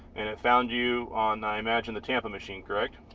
and it found you on i imagine the tampa machine correct